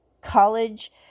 college